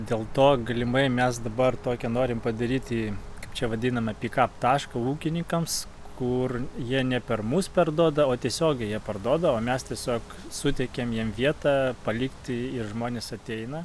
dėl to galimai mes dabar tokią norim padaryti kaip čia vadinama pik ap tašką ūkininkams kur jie ne per mus parduoda o tiesiogiai jie parduoda o mes tiesiog suteikiam jiem vietą palikti ir žmonės ateina